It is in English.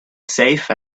safe